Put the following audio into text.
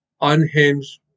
unhinged